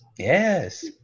Yes